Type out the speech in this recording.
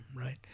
right